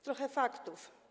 Trochę faktów.